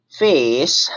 face